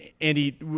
Andy